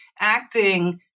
acting